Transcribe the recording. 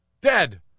dead